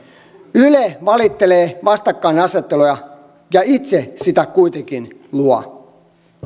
yle valittelee vastakkainasettelua ja ja itse sitä kuitenkin luo